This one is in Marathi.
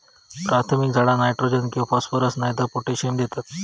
प्राथमिक झाडा नायट्रोजन किंवा फॉस्फरस नायतर पोटॅशियम देतत